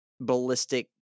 ballistic